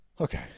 Okay